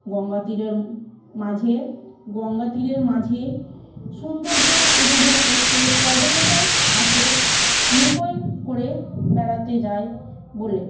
গঙ্গা তীরের মাঝে গঙ্গা তীরের মাঝে সৌন্দর্য উপভোগ করতে পর্যটকরা আসে নৌকো করে বেড়াতে যায় বলে